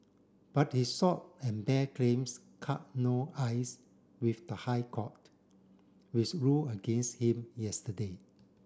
but his short and bare claims cut no ice with the High Court which rule against him yesterday